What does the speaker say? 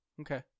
Okay